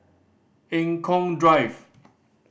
Eng Kong Drive